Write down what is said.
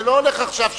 זה לא הולך עכשיו,